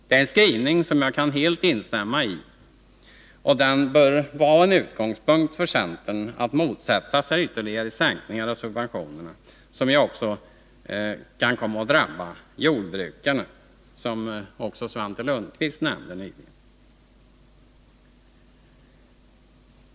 Det är en skrivning som jag helt kan instämma i, och den bör vara en utgångspunkt för centern att motsätta sig ytterligare sänkningar av subventionerna — som ju också kan komma att drabba jordbrukarna, vilket även Svante Lundkvist nämnde.